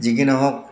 যি কি নহওক